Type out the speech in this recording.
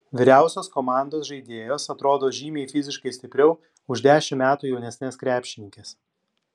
vyriausios komandos žaidėjos atrodo žymiai fiziškai stipriau už dešimt metų jaunesnes krepšininkes